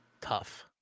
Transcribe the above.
Tough